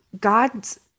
God's